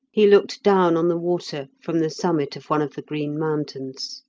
he looked down on the water from the summit of one of the green mountains.